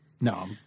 No